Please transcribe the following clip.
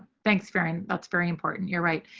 thanks for sharing. that's very important. you're right.